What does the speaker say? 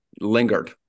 lingered